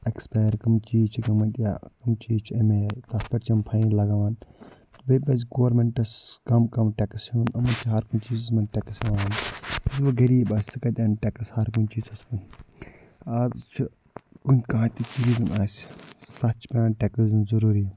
expire کٔم چیٖز چھِ گٔمٕتۍ یا کٔم چیٖز چھِ أمۍ آیہِ تَتھ پٮ۪ٹھ چھِ یِم فایِن لگاوان بیٚیہِ پَزِ گورمنٹَس کم کم ٹٮ۪کٕس ہیٚون أمَن چھِ ہر کُنہِ چیٖزَس منٛز ٹیٚکٕس ہیٚوان یُس وٕنۍ غریٖب آسہِ سُہ کَتہِ اَنہِ ٹیٚکٕس ہر کُنہِ چیٖزَس آز چھِ کُنہِ کانٛہہ تہِ چیٖز آسہِ تَتھ چھِ پٮ۪وان ٹیٚکٕس دیُن ضُروٗری